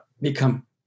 become